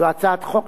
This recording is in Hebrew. חוק ומשפט.